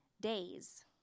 days